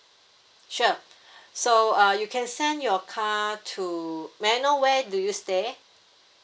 sure so uh you can send your car to may I know where do you stay